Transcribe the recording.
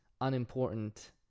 unimportant